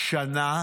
שנה